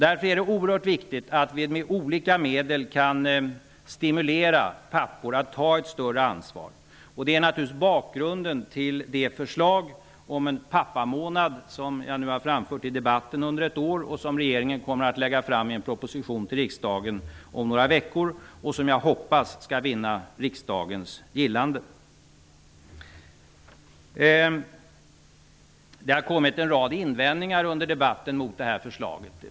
Därför är det oerhört viktigt att vi med olika medel kan stimulera pappor att ta ett större ansvar. Det är naturligtvis bakgrunden till det förslag om en pappamånad som jag har framfört i debatten under ett år och som regeringen kommer att lägga fram i en proposition till riksdagen om några veckor. Jag hoppas att det skall vinna riksdagens gillande. Det har kommit en rad invändningar under debatten mot det här förslaget.